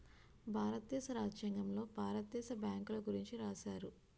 భారతదేశ రాజ్యాంగంలో భారత దేశ బ్యాంకుల గురించి రాశారు